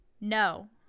no